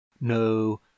no